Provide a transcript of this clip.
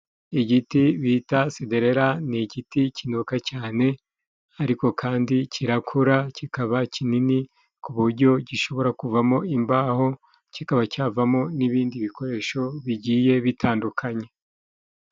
Igiti bita sderera ni igiti kinuka cyane, ariko kandi kirakura kikaba kinini ku buryo gishobora kuvamo imbaho, kikaba cyavamo n'ibindi bikoresho bigiye bitandukanye.